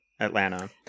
Atlanta